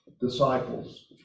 disciples